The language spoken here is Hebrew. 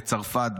בצרפת,